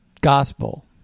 gospel